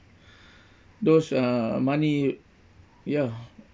those uh money ya